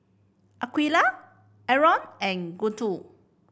Aqilah Aaron and Guntur